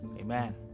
amen